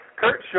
Kurt